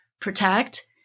protect